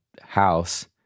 house